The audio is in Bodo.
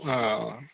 अह